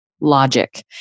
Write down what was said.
logic